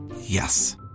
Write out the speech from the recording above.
Yes